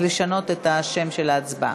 אז לשנות את השם של ההצבעה.